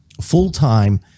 full-time